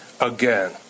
again